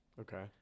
Okay